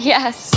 Yes